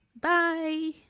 bye